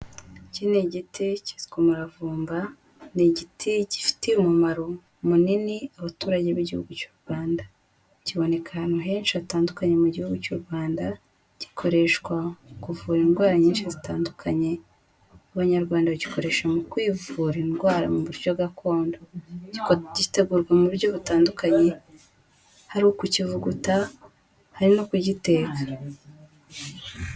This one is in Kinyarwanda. Iki ni igiti kiswe umaravumba. Ni igiti gifite umumaro munini abaturage b'igihugu cy'u Rwanda. Kiboneka ahantu henshi hatandukanye mu gihugu cy'u Rwanda, gikoreshwa kuvura indwara nyinshi zitandukanye. Abanyarwanda bagikoresha mu kwivura indwara mu buryo gakondo. Gitegurwa mu buryo butandukanye, ari ukukivuguta harimo kugitera.